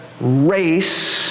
race